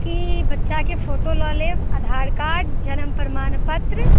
की बच्चा के फोटो लऽ लेब अधार कार्ड जनम प्रमाण पत्र